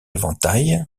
éventail